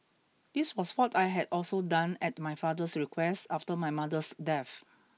this was what I had also done at my father's request after my mother's death